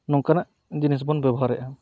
ᱱᱚᱠᱟᱱᱟᱜ ᱡᱤᱱᱤᱥ ᱵᱚᱱ ᱵᱮᱵᱚᱦᱟᱨᱮᱜᱼᱟ